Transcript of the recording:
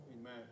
Amen